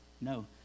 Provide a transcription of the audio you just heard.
No